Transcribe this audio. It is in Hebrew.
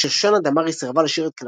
כששושנה דמארי סירבה לשיר את "כלניות",